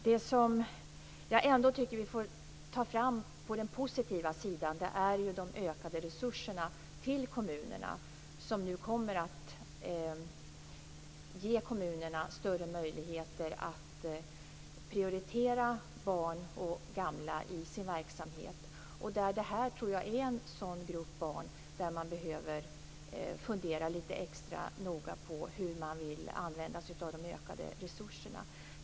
Det jag ändå tycker att vi får ta fram som något positivt är de ökande resurser till kommunerna som nu kommer att ge dessa större möjligheter att prioritera barn och gamla i sin verksamhet. Jag tror att detta är en grupp barn som man behöver fundera litet extra noga på när det gäller hur man vill använda sig av de ökande resurserna.